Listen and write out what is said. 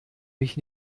mich